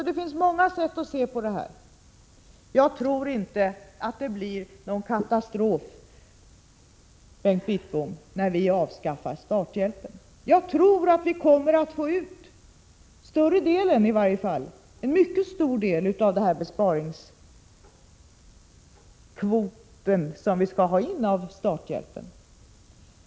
Det finns alltså många sätt att se på dessa frågor. Jag tror inte att det blir någon katastrof när vi avskaffar starthjälpen, Bengt Wittbom. Jag tror att en mycket stor del av den besparingskvot som vi skall uppnå kommer att täckas 41 genom borttagandet av starthjälpen.